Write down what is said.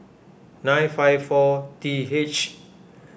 nine five four T H